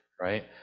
right